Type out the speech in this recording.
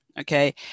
okay